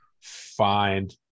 find